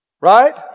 Right